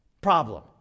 problem